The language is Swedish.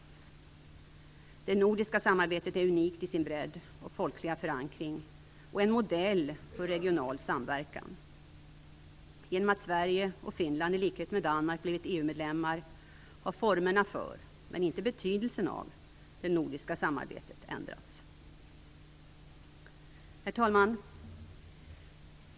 Det nordiska samarbetet är unikt i sin bredd och folkliga förankring och en modell för regional samverkan. Genom att Sverige och Finland i likhet med Danmark blivit EU-medlemmar har formerna för, men inte betydelsen av, det nordiska samarbetet ändrats. Herr talman!